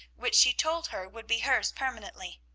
which she told her would be hers permanently,